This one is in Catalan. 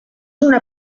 una